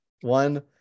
One